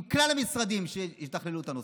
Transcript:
עם כלל המשרדים שיתכללו את הנושא,